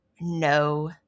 no